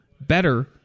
better